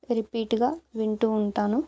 రిపీట్గా వింటు ఉంటాను